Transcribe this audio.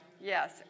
yes